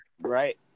Right